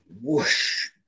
whoosh